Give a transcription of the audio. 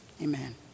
amen